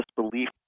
disbelief